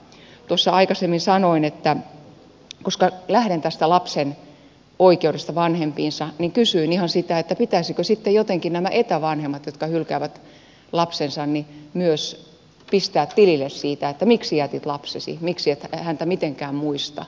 tuossa aikaisemmin koska lähden tästä lapsen oikeudesta vanhempiinsa kysyin ihan sitä pitäisikö sitten jotenkin nämä etävanhemmat jotka hylkäävät lapsensa myös pistää tilille siitä että miksi jätit lapsesi miksi et häntä mitenkään muista